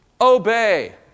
Obey